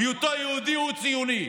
היותו יהודי הוא ציוני.